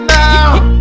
now